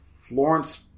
Florence